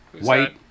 White